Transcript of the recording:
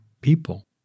people